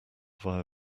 via